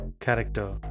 character